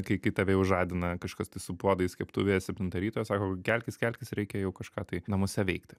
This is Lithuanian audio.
kai kai tave jau žadina kažkas tai su puodais keptuvėje septintą ryto sako kelkis kelkis reikia jau kažką tai namuose veikti